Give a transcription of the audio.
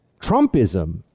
Trumpism